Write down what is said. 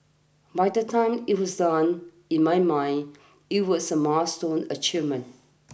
by the time it was done in my mind it was a milestone achievement